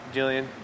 Jillian